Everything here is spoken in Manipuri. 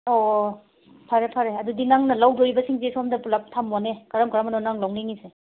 ꯑꯣ ꯑꯣ ꯐꯔꯦ ꯐꯔꯦ ꯑꯗꯨꯗꯤ ꯅꯪꯅ ꯂꯧꯗꯣꯔꯤꯕ ꯁꯤꯡꯁꯦ ꯁꯣꯝꯗ ꯄꯨꯂꯞ ꯊꯝꯃꯣꯅꯦ ꯀꯔꯝ ꯀꯔꯝꯕꯅꯣ ꯅꯪꯅ ꯂꯧꯅꯤꯡꯉꯤꯁꯦ